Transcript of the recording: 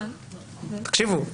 תקשיבו,